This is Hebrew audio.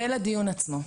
ולדיון עצמו.